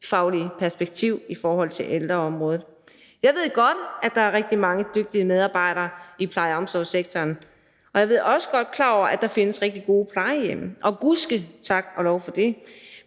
sundhedsfaglige perspektiv i forhold til ældreområdet. Jeg ved godt, at der er rigtig mange dygtige medarbejdere i pleje- og omsorgssektoren, og jeg er også godt klar over, at der findes rigtig gode plejehjem, og gud ske tak og lov for det,